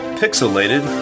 pixelated